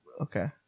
Okay